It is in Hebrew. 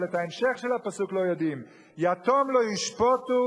אבל את ההמשך של הפסוק לא יודעים: "יתום לא ישפטו,